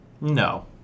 No